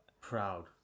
Proud